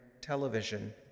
television